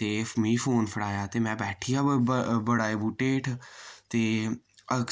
ते मि फोन फड़ाया ते मैं बैठिया बड़ा दे बूह्टे हेठ ते